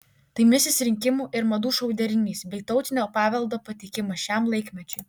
tai misis rinkimų ir madų šou derinys bei tautinio paveldo pateikimas šiam laikmečiui